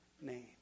name